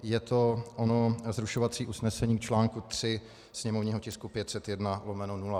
Je to ono zrušovací usnesení k článku 3 sněmovního tisku 501/0.